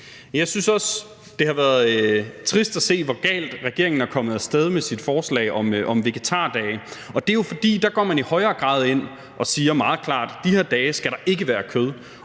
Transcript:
Jeg synes også, det har været trist at se, hvor galt regeringen er kommet af sted med sit forslag om vegetardage. Det er jo, fordi man i højere grad går ind og siger meget klart, at de her dage skal der ikke være kød.